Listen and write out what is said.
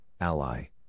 ally